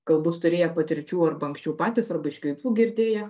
kol bus turėję patirčių arba anksčiau patys arba iš kitų girdėję